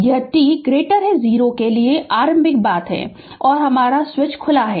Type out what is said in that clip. यह t 0 के लिए आरंभिक बात है स्विच खुला है